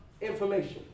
information